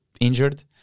injured